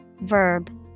verb